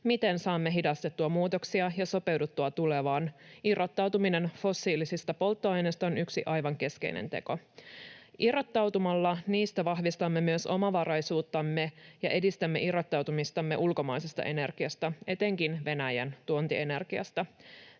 miten saamme hidastettua muutoksia ja sopeuduttua tulevaan. Irrottautuminen fossiilisista polttoaineista on yksi aivan keskeinen teko. Irrottautumalla niistä vahvistamme myös omavaraisuuttamme ja edistämme irrottautumistamme ulkomaisesta energiasta, etenkin Venäjän tuontienergiasta.